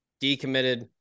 decommitted